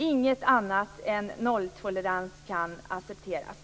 Ingenting annat än nolltolerans kan accepteras!